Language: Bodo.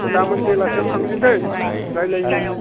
गाबोन बेलासियाव थांसै दै रायज्लायनो